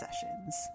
sessions